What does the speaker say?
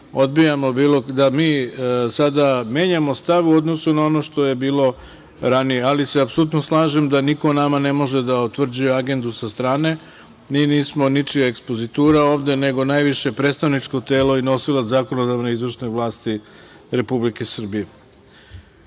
netačno da mi menjamo stav u odnosu na ono što je bilo ranije, ali se apsolutno slažem da niko nama ne može da utvrđuje agendu sa strane. Mi nismo ničija ekspozitura ovde, nego najviše predstavničko telo i nosilaca zakonodavne i izvršne vlasti Republike Srbije.